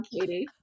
Katie